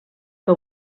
que